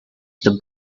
the